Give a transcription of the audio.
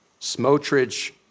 Smotrich